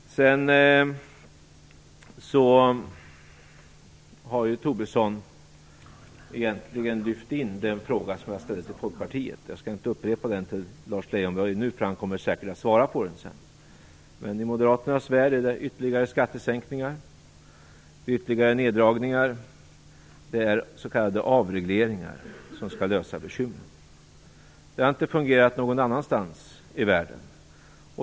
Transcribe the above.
Lars Tobisson har egentligen lyft in den fråga som jag ställde till Folkpartiet. Jag skall inte upprepa den till Lars Leijonborg nu, eftersom han säkert kommer att svara på den sedan. Men i Moderaternas värld är det ytterligare skattesänkningar, ytterligare neddragningar och s.k. avregleringar som skall lösa bekymren. Det har inte fungerat någon annanstans i världen.